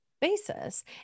basis